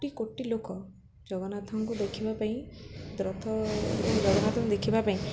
କୋଟି କୋଟି ଲୋକ ଜଗନ୍ନାଥଙ୍କୁ ଦେଖିବା ପାଇଁ ରଥ ଜଗନ୍ନାଥଙ୍କୁ ଦେଖିବା ପାଇଁ